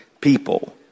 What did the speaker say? people